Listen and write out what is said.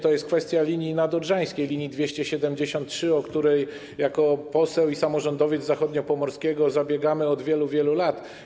To jest kwestia linii nadodrzańskiej, linii 273, o którą, mówię jako poseł i samorządowiec Zachodniopomorskiego, zabiegamy od wielu, wielu lat.